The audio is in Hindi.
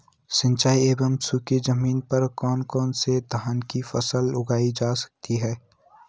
सिंचाई एवं सूखी जमीन पर कौन कौन से धान की फसल उगाई जा सकती है?